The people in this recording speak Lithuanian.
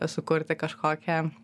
sukurti kažkokią